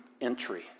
entry